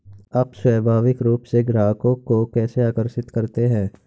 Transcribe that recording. आप स्वाभाविक रूप से ग्राहकों को कैसे आकर्षित करते हैं?